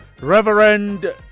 Reverend